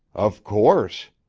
of course.